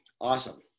awesome